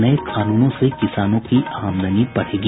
नये कानूनों से किसानों की आमदनी बढ़ेगी